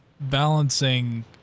balancing